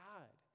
God